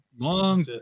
Long